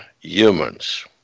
humans